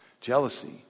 Jealousy